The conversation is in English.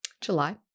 July